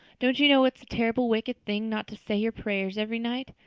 don't you know it's a terrible wicked thing not to say your prayers every night?